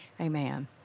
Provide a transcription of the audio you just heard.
Amen